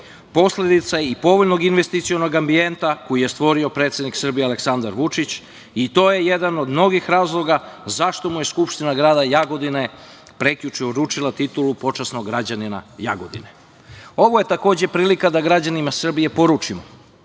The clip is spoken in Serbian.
posledica je i povoljnog investicionog ambijenta koji je stvorio predsednik Srbije Aleksandar Vučić i to je jedan od mnogih razloga zašto mu je Skupština grada Jagodine prekjuče uručila titulu počasnog građanina Jagodine. Ovo je takođe prilika da građanima Srbije poručimo